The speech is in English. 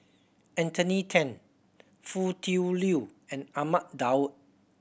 Anthony Then Foo Tui Liew and Ahmad Daud